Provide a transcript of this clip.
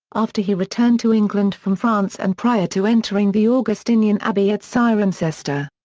after he returned to england from france and prior to entering the augustinian abbey at cirencester.